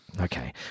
Okay